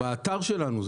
באתר שלנו.